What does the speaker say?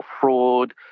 fraud